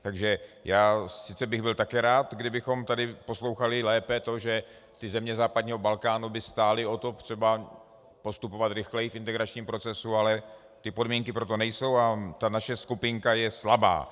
Takže já sice bych byl také rád, kdybychom tady poslouchali lépe to, že země západního Balkánu by stály o to třeba postupovat rychleji v integračním procesu, ale podmínky pro to nejsou a ta naše skupinka je slabá.